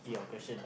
your question